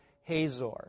Hazor